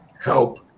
help